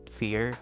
fear